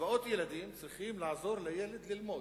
קצבאות ילדים צריכות לעזור לילד ללמוד.